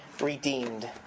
redeemed